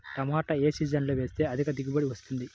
టమాటా ఏ సీజన్లో వేస్తే అధిక దిగుబడి వస్తుంది?